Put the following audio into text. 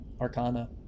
arcana